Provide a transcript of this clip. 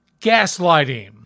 gaslighting